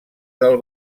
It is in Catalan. del